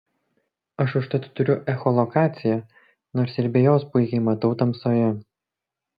aš užtat turiu echolokaciją nors ir be jos puikiai matau tamsoje